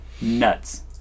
nuts